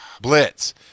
Blitz